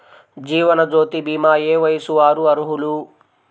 జీవనజ్యోతి భీమా ఏ వయస్సు వారు అర్హులు?